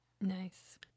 Nice